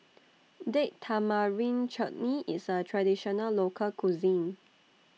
Date Tamarind Chutney IS A Traditional Local Cuisine